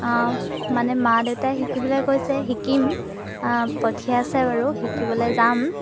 মানে মা দেউতাই শিকিবলৈ কৈছে শিকিম পঠিয়াইছে বাৰু শিকিবলৈ যাম